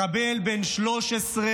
מחבל בן 13,